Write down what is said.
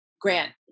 grant